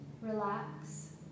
relax